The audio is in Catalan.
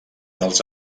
dels